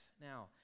Now